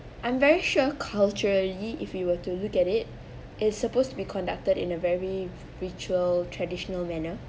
I'm very sure culturally if we were to look at it it's supposed to be conducted in a very ritual traditional manner